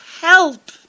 help